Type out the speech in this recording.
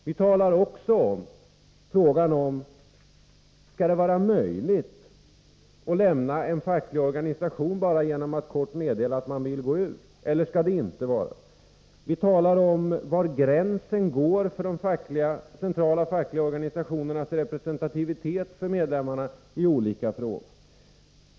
Vi talar också om huruvida det skall vara möjligt att lämna en facklig organisation bara genom att kort meddela att man vill gå ur eller om det inte skall vara på det sättet. Vi talar om var gränsen går för de centrala fackliga organisationernas representativitet i olika frågor.